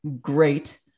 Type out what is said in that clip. Great